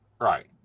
right